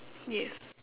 yes